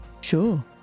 Sure